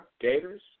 Gators